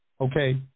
okay